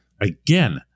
again